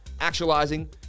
actualizing